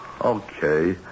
Okay